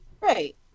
right